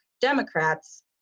Democrats